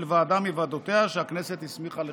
ועדה מוועדותיה שהכנסת הסמיכה לכך".